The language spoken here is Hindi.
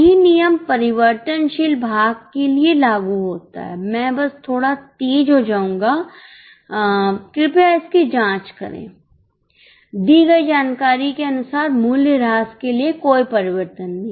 यही नियम परिवर्तनशील भाग के लिए लागू होता है मैं बस थोड़ा तेज़ हो जाऊंगा कृपया इसकी जाँच करें दी गई जानकारी के अनुसार मूल्य ह्रास के लिए कोई परिवर्तन नहीं